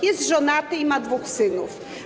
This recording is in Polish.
Jest żonaty i ma dwóch synów.